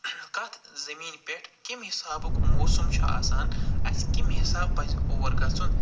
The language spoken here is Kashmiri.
کَتھ زٔمیٖنہِ پٮ۪ٹھ کمہِ حِسابُک موسُم چھُ آسان اَسہِ کمہِ حِساب پَزِ اور گَژھُن